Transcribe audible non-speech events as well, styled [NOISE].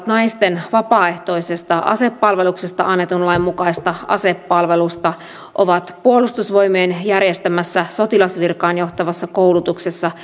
[UNINTELLIGIBLE] naisten vapaaehtoisesta asepalveluksesta annetun lain mukaista asepalvelusta ovat puolustusvoimien järjestämässä sotilasvirkaan johtavassa koulutuksessa [UNINTELLIGIBLE]